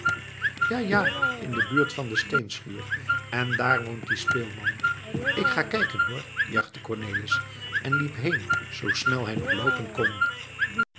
ja ja in de buurt van de steenschuur en daar woont die speelman ik ga kijken hoor juichte cornelis en liep heen zoo snel hij nog loopen kon